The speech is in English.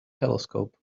telescope